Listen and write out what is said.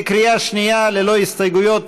בקריאה שנייה, ללא הסתייגויות.